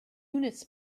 units